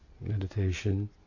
meditation